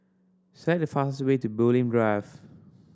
select the fastest way to Bulim Drive